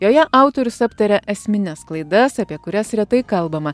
joje autorius aptaria esmines klaidas apie kurias retai kalbama